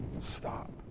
Stop